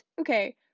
Okay